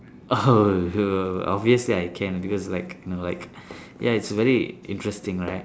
oh obviously I can because like you know like ya it's very interesting right